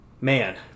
man